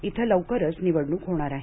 इथं लवकरच निवडणूक होणार आहे